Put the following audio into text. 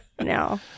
No